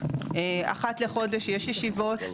אחת לחודש יש ישיבות,